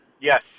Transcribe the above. Yes